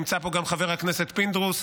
נמצא פה גם חבר הכנסת פינדרוס,